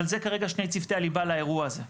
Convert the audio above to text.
אבל זה כרגע שני צוותי הליבה לאירוע הזה,